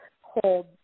hold